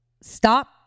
stop